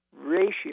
ratio